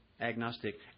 Agnostic